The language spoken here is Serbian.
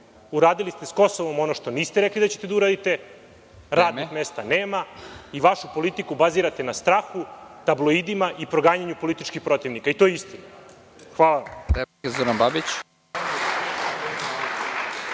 uradili ste sa Kosovom ono što niste rekli da ćete da uradite, radnih mesta nema i vašu politiku bazirate na strahu tabloidima i proganjanju političkih protivnika i to je istina.